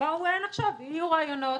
בואו נחשוב עם יהיו רעיונות.